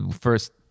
first—